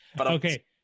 Okay